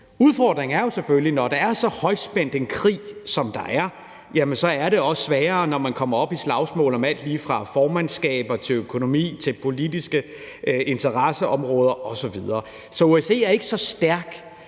Udfordringen er jo selvfølgelig, at når der er så højspændt en krig, som der er, så er det også sværere, når man kommer i slagsmål om alt lige fra formandskab, til økonomi, politiske interesseområder osv. Så OSCE er ikke så stærk,